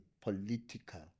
political